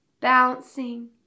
bouncing